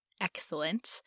Excellent